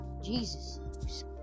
Jesus